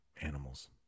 animals